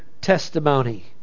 testimony